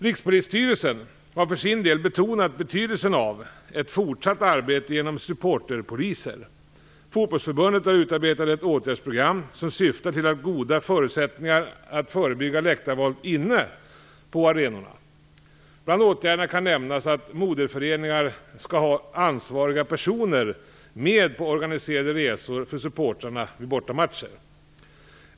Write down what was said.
Rikspolisstyrelsen har för sin del betonat betydelsen av ett fortsatt arbete genom supporterpoliser. Fotbollförbundet har utarbetat ett åtgärdsprogram som syftar till goda förutsättningar att förebygga läktarvåld inne på arenorna. Bland åtgärderna kan nämnas att moderföreningar skall ha ansvariga personer med på organiserade resor för supportrarna vid bortamatcher.